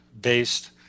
based